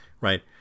Right